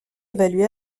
évaluées